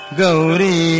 Gauri